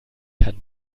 kann